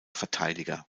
verteidiger